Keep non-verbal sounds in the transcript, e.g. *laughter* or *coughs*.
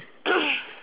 *coughs*